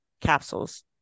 capsules